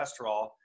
cholesterol